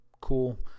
cool